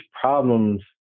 problems